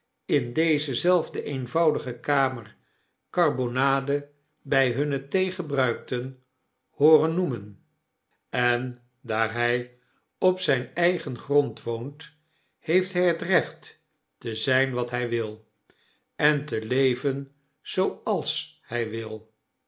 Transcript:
in deze zelfde eenvoudige kamer karbonade by hunne thee gebruikten hooren noemen en daar hij op zijn eigen grond woont heeft hy het recht te zyn wat hy wil en te leven zooals hy wil